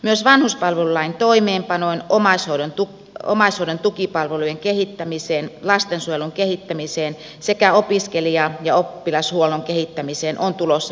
myös vanhuspalvelulain toimeenpanoon omaishoidon tukipalvelujen kehittämiseen lastensuojelun kehittämiseen sekä opiskelija ja oppilashuollon kehittämiseen on tulossa lisärahoitusta